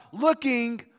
looking